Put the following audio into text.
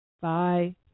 Bye